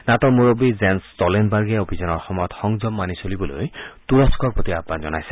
নাটোৰ মূৰববী জেন্স ট্ট'লেনবাৰ্গে অভিযানৰ সময়ত সংযম মানি চলিবলৈ তুৰস্থৰ প্ৰতি আহান জনাইছে